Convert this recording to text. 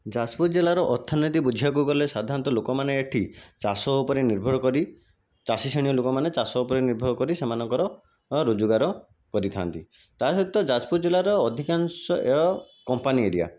ଯାଜପୁର ଜିଲ୍ଲାର ଅର୍ଥନୀତି ବୁଝିବାକୁ ଗଲେ ସାଧାରଣତଃ ଲୋକମାନେ ଏଠି ଚାଷ ଉପରେ ନିର୍ଭର କରି ଚାଷୀ ଶ୍ରେଣୀୟ ଲୋକମାନେ ଚାଷ ଉପରେ ନିର୍ଭର କରି ସେମାନଙ୍କର ରୋଜଗାର କରିଥାନ୍ତି ତା ସହିତ ଯାଜପୁର ଜିଲ୍ଲାର ଅଧିକାଂଶ କମ୍ପାନୀ ଏରିଆ